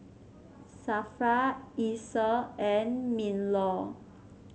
Safra Isa and Minlaw